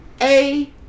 A-